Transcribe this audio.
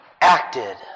acted